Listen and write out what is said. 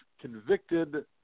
convicted